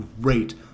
great